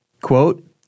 Quote